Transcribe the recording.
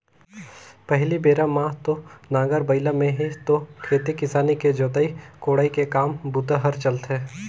पहिली बेरा म तो नांगर बइला में ही तो खेती किसानी के जोतई कोड़ई के काम बूता हर चलथे